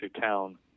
town